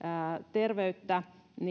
terveyttä